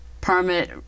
permit